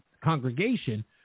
congregation –